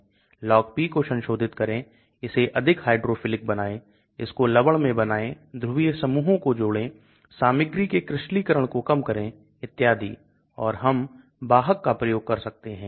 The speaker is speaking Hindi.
तो जो कुछ भी घुलता नहीं है वह धीरे धीरे GI के माध्यम से नीचे चला जाता है और अगर यह pH 4 इत्यादि पर भी नहीं घुलता है तो यह उत्सर्जित हो जाता है